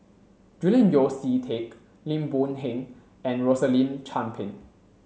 Julian Yeo See Teck Lim Boon Heng and Rosaline Chan Pang